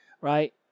Right